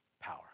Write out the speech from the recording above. power